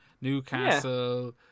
Newcastle